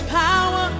power